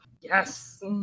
Yes